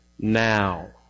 Now